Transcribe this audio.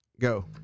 go